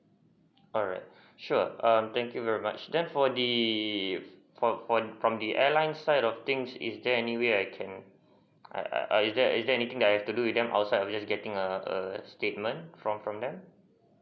alright sure um thank you very much then for the from from from the airlines side of things is there any way I can I I is there is there anything I have to do with them our side in getting a a statement from from them